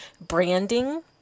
Branding